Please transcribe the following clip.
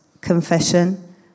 confession